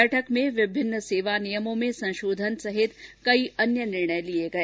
बैठक में विभिन्न सेवा नियमों में संशोधन तथा अन्य कई निर्णय लिए गए